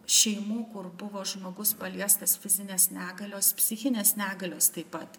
šeimų kur buvo žmogus paliestas fizinės negalios psichinės negalios taip pat